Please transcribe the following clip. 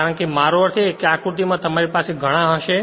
કારણ કે મારો અર્થ એ છે કે આકૃતિમાં તે તમારી પાસે ઘણા હશે